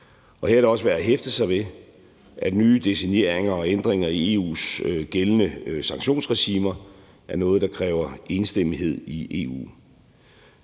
dag. Her er det også værd at hæfte sig ved, at nye designeringer og ændringer af EU's gældende sanktionsregimer er noget, der kræver enstemmighed i EU.